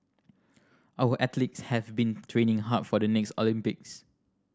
our athletes have been training hard for the next Olympics